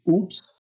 oops